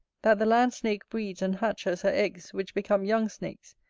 that the land-snake breeds and hatches her eggs, which become young snakes,